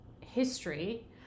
history